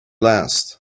last